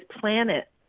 planet